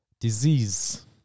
Disease